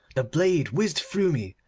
the blade whizzed through me,